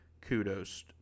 kudos